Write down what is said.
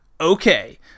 okay